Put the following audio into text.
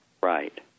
Right